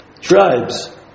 tribes